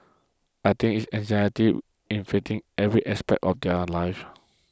I think it's anxiety infecting every aspect of their lives